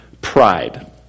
pride